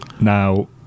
Now